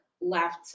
left